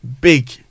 big